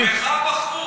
בך בחרו,